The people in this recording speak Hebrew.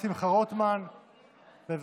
אינו נוכח גילה גמליאל,